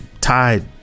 tied